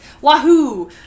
Wahoo